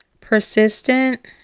Persistent